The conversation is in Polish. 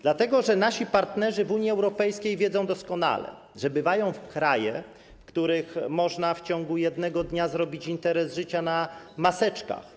Dlatego że nasi partnerzy w Unii Europejskiej wiedzą doskonale, że bywają kraje, w których można w ciągu jednego dnia zrobić interes życia na maseczkach.